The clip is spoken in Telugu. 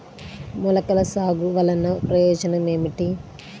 మొలకల సాగు వలన ప్రయోజనం ఏమిటీ?